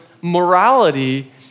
morality